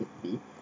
could be